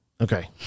Okay